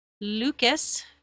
Lucas